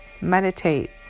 Meditate